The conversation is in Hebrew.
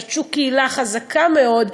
נטשו קהילה חזקה מאוד,